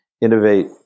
innovate